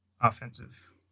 offensive